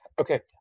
Okay